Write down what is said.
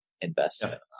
investment